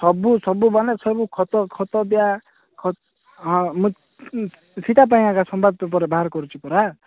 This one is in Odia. ସବୁ ସବୁ ମାନେ ସବୁ ଖତ ଖତ ହଁ ମୁଁ ସେଟା ପାଇଁ ଏକା ସମ୍ବାଦ ପେପର୍ରେ ବାହାର କରୁଛୁ ପରା